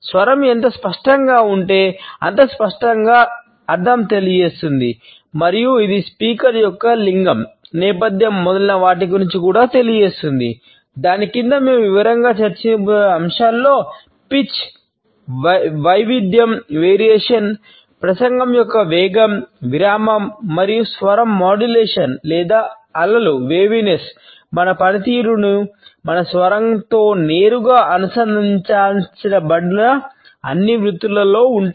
స్వరం ఎంత స్పష్టంగా ఉంటే అంత స్పష్టంగా అర్ధాన్ని తెలియజేస్తుంది మరియు ఇది స్పీకర్ మన పనితీరు మన స్వరంతో నేరుగా అనుసంధానించబడిన అన్ని వృత్తులలో ఉంటాయి